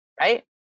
right